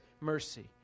mercy